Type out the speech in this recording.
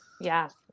Yes